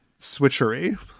switchery